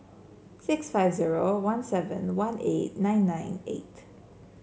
six five zero one seven one eight nine nine eight